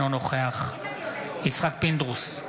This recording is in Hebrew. אינו נוכח יצחק פינדרוס,